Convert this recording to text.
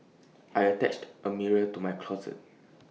I attached A mirror to my closet